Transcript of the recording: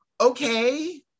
okay